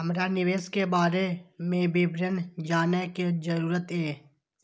हमरा निवेश के बारे में विवरण जानय के जरुरत ये?